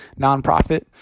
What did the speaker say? nonprofit